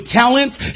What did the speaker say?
talents